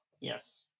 yes